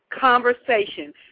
conversation